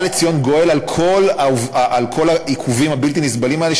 בא לציון גואל על כל העיכובים הבלתי-נסבלים האלה,